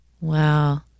Wow